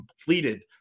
completed